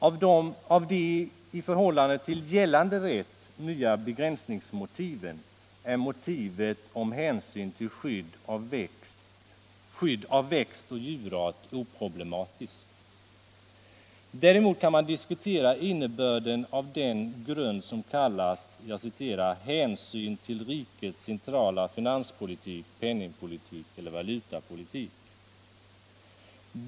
Av de — i förhållande till gällande rätt — nya begränsningsmotiven är motivet om hänsyn till skydd av växt och djurart oproblematiskt. Däremot kan man diskutera innebörden av den grund som kallas hänsyn till rikets centrala finanspolitik, penningpolitik eller valutapolitik.